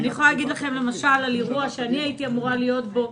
למשל באירוע שהייתי אמורה להיות בו,